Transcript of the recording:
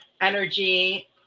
energy